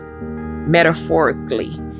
metaphorically